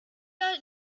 are